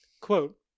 Quote